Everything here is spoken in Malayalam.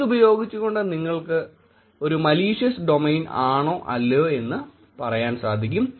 ഇതുപയോഗിച്ചുകൊണ്ട് നിങ്ങൾക്ക് ഇതൊരു മലീഷിയസ് ഡൊമൈൻ ആണോ അല്ലയോ എന്ന പറയാൻ സാധിക്കും